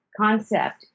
concept